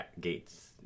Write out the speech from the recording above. Gates